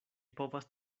povas